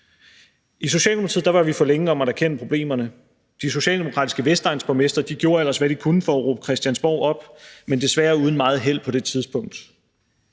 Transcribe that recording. I Socialdemokratiet var vi for længe om at erkende problemerne. De socialdemokratiske vestegnsborgmestre gjorde ellers, hvad de kunne, for at råbe Christiansborg op, men desværre uden meget held på det tidspunkt.